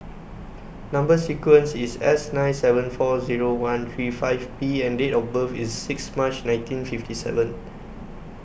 Number sequence IS S nine seven four Zero one three five P and Date of birth IS six March nineteen fifty seven